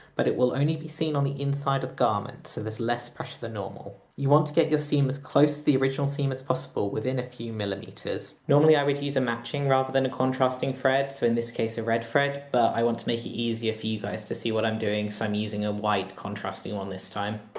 but it will only be seen on the inside of garment, so there's less pressure than normal. you want to get your seam as close to the original seam as possible, within a few millimeters. normally i would use a matching rather than a contrasting thread, so in this case a red thread, but i want to make it easier for you guys to see what i'm doing so i'm using a white contrasting one this time.